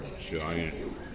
giant